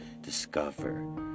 discover